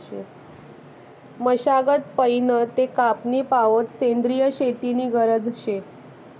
मशागत पयीन ते कापनी पावोत सेंद्रिय शेती नी गरज शे